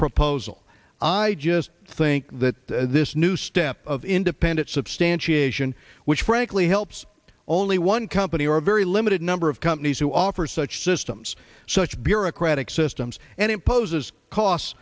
proposal i just think that this new step of independent substantiation which frankly helps only one company or very limited number of companies who offer such systems such bureaucratic systems and imposes costs